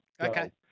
Okay